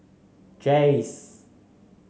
jays